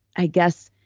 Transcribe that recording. i guess,